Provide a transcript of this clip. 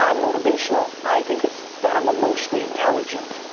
um motivational i think it's that i'm emotionally intelligent.